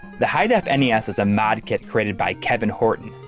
the hi-def and nes is a mod kit created by kevin horton,